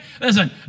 Listen